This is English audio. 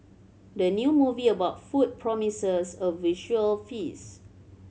the new movie about food promises a visual feast